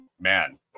man